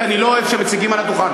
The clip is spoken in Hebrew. כי אני לא אוהב שמציגים על הדוכן,